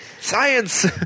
Science